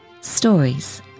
Stories